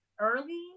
early